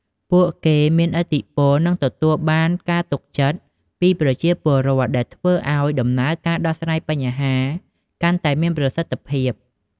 ពួកគេមានឥទ្ធិពល និងទទួលបានការទុកចិត្តពីប្រជាពលរដ្ឋ ដែលធ្វើឱ្យដំណើរការដោះស្រាយបញ្ហាកាន់តែមានប្រសិទ្ធភាព។